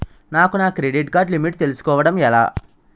నాకు నా credit card limit తెలుసుకోవడం ఎలా?